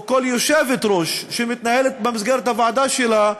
או כל יושבת-ראש שמתנהל במסגרת הוועדה שלה,